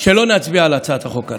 שלא נצביע על הצעת החוק.